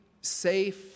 safe